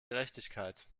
gerechtigkeit